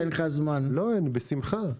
בשמחה.